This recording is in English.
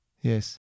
Yes